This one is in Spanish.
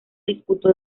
disputó